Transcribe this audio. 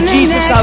Jesus